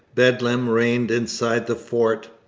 bedlam reigned inside the fort.